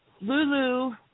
Lulu